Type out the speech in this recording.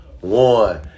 One